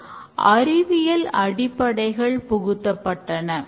development குழுவானது 5 முதல் 9 உறுப்பினர்களை கொண்டுள்ளது